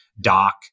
doc